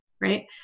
right